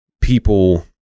people